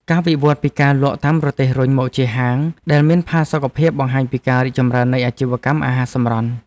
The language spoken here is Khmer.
ការវិវត្តពីការលក់តាមរទេះរុញមកជាហាងដែលមានផាសុកភាពបង្ហាញពីការរីកចម្រើននៃអាជីវកម្មអាហារសម្រន់។